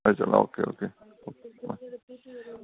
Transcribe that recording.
അയച്ചു തരണോ okay okay okay ആ